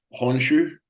Honshu